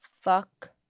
fuck